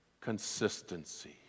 consistency